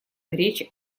речь